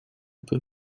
peut